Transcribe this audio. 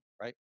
Right